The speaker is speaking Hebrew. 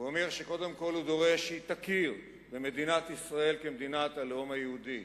ואומר שקודם כול הוא דורש שהיא תכיר במדינת ישראל כמדינת הלאום היהודי,